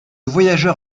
voyageur